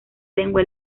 lengua